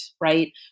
right